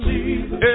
Jesus